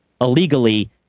illegally